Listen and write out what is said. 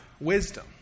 wisdom